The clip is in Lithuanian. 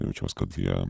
jaučiuos kad jie